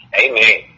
Amen